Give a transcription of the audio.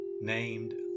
named